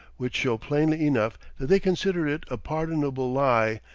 which show plainly enough that they consider it a pardonable lie,